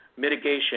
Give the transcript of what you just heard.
mitigation